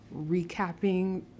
recapping